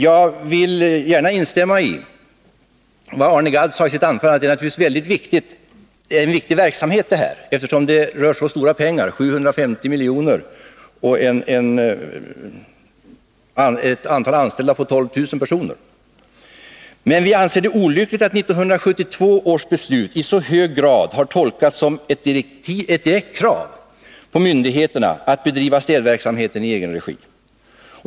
Jag vill gärna instämma i vad Arne Gadd sade sitt anförande, nämligen att detta är en viktig verksamhet, eftersom det rör sig om så stora pengar — 750 milj.kr. — och 12 000 anställda. Men vi anser det vara olyckligt att 1972 års beslut i så hög grad tolkats som ett direkt krav på myndigheterna att bedriva städverksamheten i egen regi.